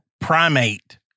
primate